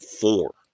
Four